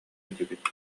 этибит